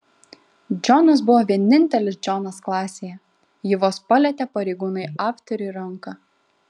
džonas buvo vienintelis džonas klasėje ji vos palietė pareigūnui afteriui ranką